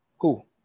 cool